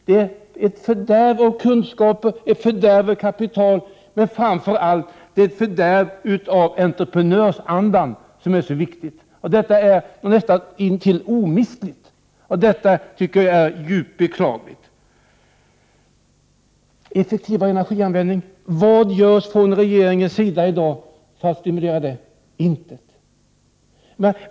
Det är ett fördärv av kunskaper, av kapital men framför allt av den entreprenöranda som ärså viktig, ja, näst intill omistlig! Detta är, tycker jag, djupt beklagligt. Effektivare energianvändning — vad görs från regeringens sida för att stimulera detta? Intet!